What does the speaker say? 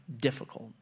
difficult